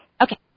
Okay